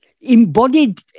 embodied